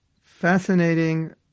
fascinating